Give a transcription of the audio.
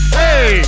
hey